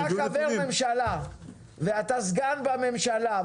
אתה חבר ממשלה ואתה סגן שר בממשלה,